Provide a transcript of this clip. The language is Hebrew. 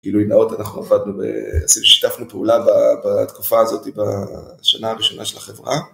כאילו עם האוטו אנחנו עבדנו ושיתפנו פעולה בתקופה הזאת בשנה הראשונה של החברה.